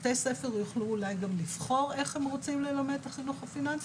בתי ספר יוכלו אולי גם לבחור איך הם רוצים ללמד את החינוך הפיננסי.